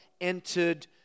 entered